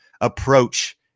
approach